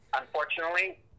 unfortunately